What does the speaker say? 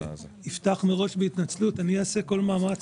אפתח מראש בהתנצלות: אני אעשה כל מאמץ